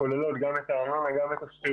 שכוללות גם את הארנונה, גם